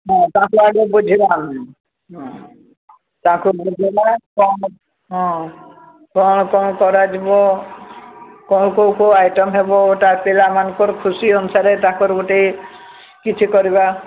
ତା ବୁଝି ପାରୁନି ହଁ କ'ଣ କ'ଣ କରାଯିବ କ'ଣ କ'ଣ କୋଉ କୋଉ ଆଇଟମ୍ ହେବ ପିଲାମାନଙ୍କର ଖୁସି ଅନୁସାରେ ତାଙ୍କର ଗୋଟେ କିଛି କରିବା